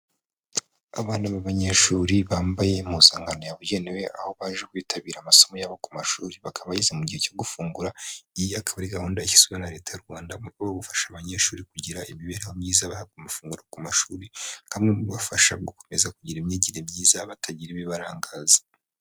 Abana b'abanyeshuri bambaye impuzankano yabugenewe, aho baje kwitabira amasomo yabo ku mashuri, bakaba bageze mu gihe cyo gufungura, iyi akaba ari gahunda yashyizweho na Leta y'u Rwanda mu rwego rwo gufasha abanyeshuri kugira imibereho myiza bahabwa amafunguro ku mashuri, nka bimwe mu bibafasha gukomeza kugira imyigire myiza batagira ibibarangaza.